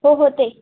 हो होते